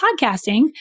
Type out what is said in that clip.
podcasting